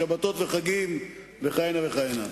שבתות וחגים וכהנה וכהנה.